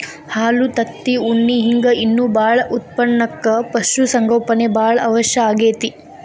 ಹಾಲು ತತ್ತಿ ಉಣ್ಣಿ ಹಿಂಗ್ ಇನ್ನೂ ಬಾಳ ಉತ್ಪನಕ್ಕ ಪಶು ಸಂಗೋಪನೆ ಬಾಳ ಅವಶ್ಯ ಆಗೇತಿ